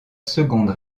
seconde